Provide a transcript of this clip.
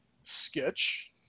Sketch